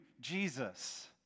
Jesus